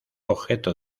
objeto